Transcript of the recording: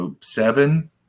seven